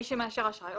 מי שמאשר אשראי.